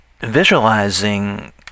visualizing